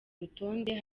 rutonde